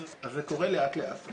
אז זה קורה לאט לאט.